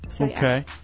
Okay